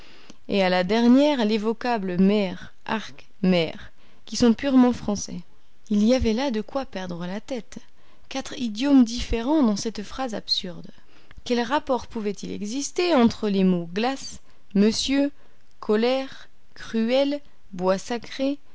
et à la dernière les vocables mer arc mère qui sont purement français il y avait là de quoi perdre la tête quatre idiomes différents dans cette phrase absurde quel rapport pouvait-il exister entre les mots glace monsieur colère cruel bois sacré